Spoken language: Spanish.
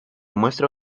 muestra